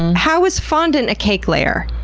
how is fondant a cake layer?